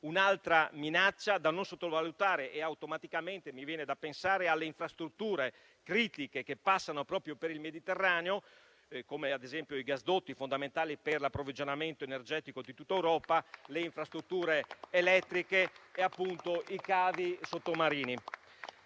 un'altra minaccia da non sottovalutare. Automaticamente mi viene da pensare alle infrastrutture critiche che passano proprio per il Mediterraneo, come ad esempio i gasdotti, fondamentali per l'approvvigionamento energetico di tutta Europa, le infrastrutture elettriche e, appunto, i cavi sottomarini.